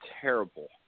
terrible